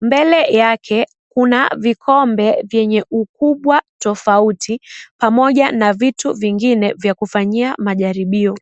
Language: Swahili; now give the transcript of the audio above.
mbele yake kuna vikombe you vyenye ukubwa tofauti pamoja na vitu vingine vya kufanyia majaribio.